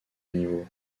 niveau